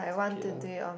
is okay lah